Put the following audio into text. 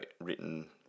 written